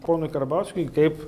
ponui karbauskiui kaip